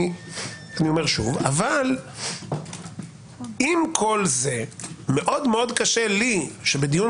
שוב - אבל עם כל זה מאוד קשה לי שבדיון